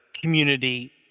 community